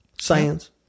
science